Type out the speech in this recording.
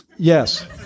Yes